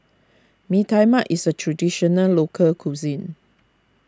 Mee Tai Mak is a Traditional Local Cuisine